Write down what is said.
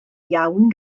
iawn